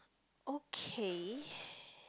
okay